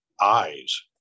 eyes